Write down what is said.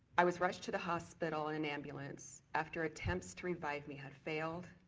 i was rushed to the hospital in an ambulance after attempts to revive me had failed,